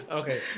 okay